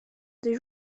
des